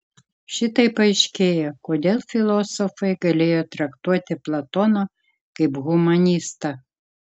šitaip aiškėja kodėl filosofai galėjo traktuoti platoną kaip humanistą